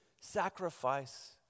sacrifice